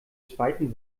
zweiten